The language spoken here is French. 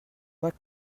pas